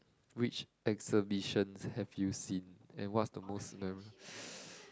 which exhibitions have you seen and what's the most